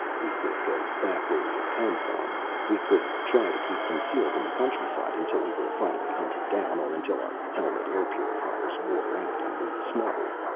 we could go back where we had come from. we could try to keep concealed in the countryside, until we were finally hunted down, or until our helmet air-purifiers wore out and we smothered.